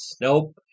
nope